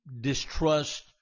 distrust